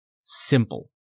simple